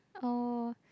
oh